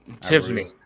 Tiffany